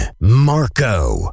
Marco